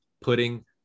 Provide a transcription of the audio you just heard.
putting